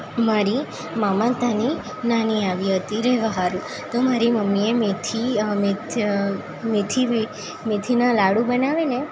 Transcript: મારી મામાને ત્યાની નાની આવી હતી રહેવા સારું તો મારી મમ્મીએ મેથી મેથીની મેથીના લાડુ બનાવેલાં